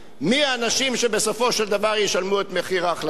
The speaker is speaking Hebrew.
מי האנשים שבסופו של דבר ישלמו את מחיר ההחלטה.